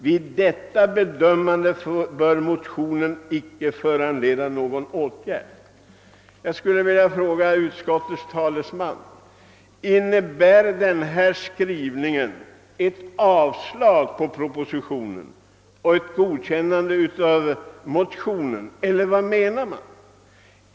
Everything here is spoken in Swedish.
Vid detta bedömande bör motionen inte föranleda någon åtgärd.» Jag vill fråga utskottets talesman, om denna skrivning innebär ett avstyrkande av propositionen och ett tillstyrkande av motionen eller om man menar något annat.